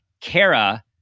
Kara